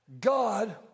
God